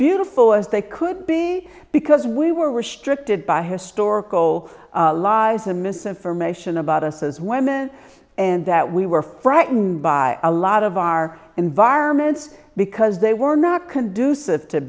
beautiful as they could be because we were restricted by historical lies and misinformation about us as women and that we were frightened by a lot of our environments because they were not conducive to